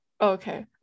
okay